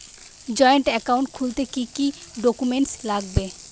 Joint account খুলতে কি কি ডকুমেন্টস লাগবে?